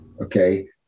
Okay